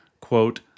quote